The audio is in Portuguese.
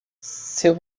seu